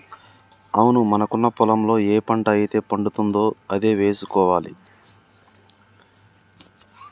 అవును మనకున్న పొలంలో ఏ పంట అయితే పండుతుందో అదే వేసుకోవాలి